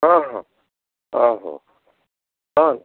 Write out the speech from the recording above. ହଁ ହଁ ହଉ ହଉ ହଁ